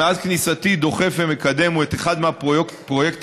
מאז כניסתי דוחף ומקדם את אחד הפרויקטים